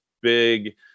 big